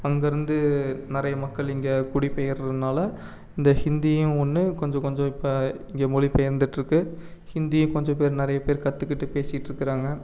அங்கே இருந்து நிறைய மக்கள் இங்கே குடிப்பெயர்றதுனால் இந்த ஹிந்தியும் ஒன்று கொஞ்சம் கொஞ்சம் இப்போ இங்கே மொழிப்பெயர்ந்துட்டுருக்கு ஹிந்தியும் கொஞ்சம் பேர் நிறைய பேர் கற்றுக்கிட்டு பேசிகிட்டு இருக்கிறாங்க